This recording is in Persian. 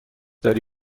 داری